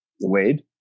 Wade